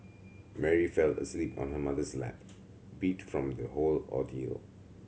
Mary fell asleep on her mother's lap beat from the whole ordeal